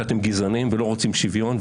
שאתם גזענים ולא רוצים שוויון,